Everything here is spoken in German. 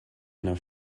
einer